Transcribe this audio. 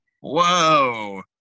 Whoa